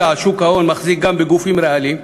על שוק ההון מחזיק גם בגופים ריאליים,